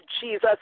Jesus